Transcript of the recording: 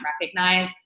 recognize